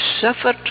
suffered